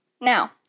Now